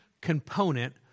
component